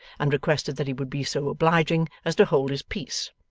and requested that he would be so obliging as to hold his peace.